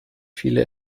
viele